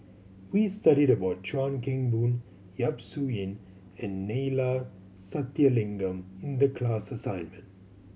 we studied about Chuan Keng Boon Yap Su Yin and Neila Sathyalingam in the class assignment